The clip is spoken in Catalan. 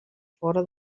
fora